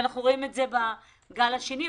ואנחנו רואים את זה בגל השני.